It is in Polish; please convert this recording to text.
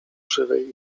żywej